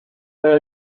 are